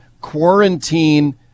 quarantine